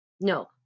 No